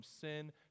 sin